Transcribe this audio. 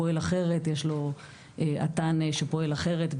פועל אחרת: יש לו את"ן שפועל אחרת,